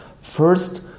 First